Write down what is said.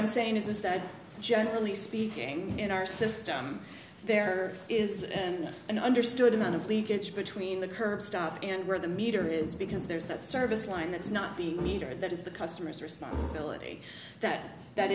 i'm saying is that generally speaking in our system there is and an understood amount of leakage between the curb stop and where the meter is because there's that service line that's not the meter that is the customer's responsibility that that